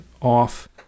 off